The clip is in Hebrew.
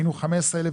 היינו 15,000,